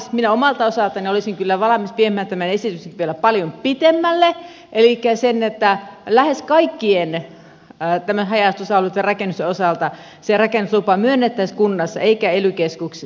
minä omalta osaltani olisin kyllä valmis viemään tämän esityksen vielä paljon pidemmälle elikkä siihen että lähes kaikkien haja asutusalueitten rakennusten osalta se rakennuslupa myönnettäisiin kunnassa eikä ely keskuksessa